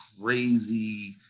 crazy